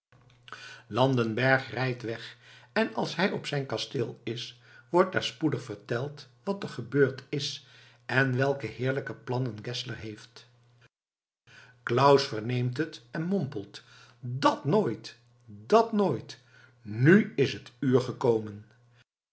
landenberg rijdt weg en als hij op zijn kasteel is wordt daar spoedig verteld wat er gebeurd is en welke heerlijke plannen geszler heeft claus verneemt het en mompelt dat nooit dat nooit nu is het uur gekomen